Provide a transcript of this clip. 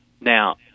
Now